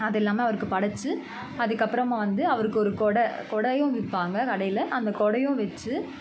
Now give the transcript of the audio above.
அது எல்லாமே அவருக்கு படைத்து அதுக்கு அப்புறமா வந்து அவருக்கு ஒரு குட குடையும் விற்பாங்க கடையில் அந்த குடையும் வச்சு